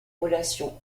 relations